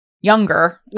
younger